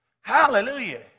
Hallelujah